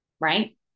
right